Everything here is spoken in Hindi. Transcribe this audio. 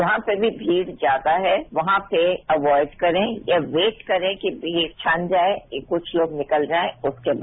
जहां पर भी भीड़ ज्यादा है वहां पर अवाइड करें या वेट करें कि भीड़ छन जाए कि कुछ लोग निकल जाए उसके बाद